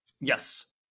Yes